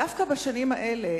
דווקא בשנים האלה,